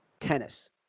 tennis